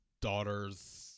daughter's